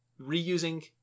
reusing